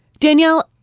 danielle,